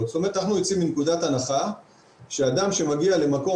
דרינקינג של אלכוהול.